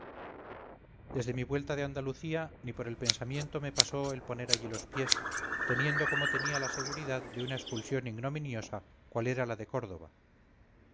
desde mi vuelta de andalucía ni por el pensamiento me pasó el poner allí los pies teniendo como tenía la seguridad de una expulsión ignominiosa cual la de córdoba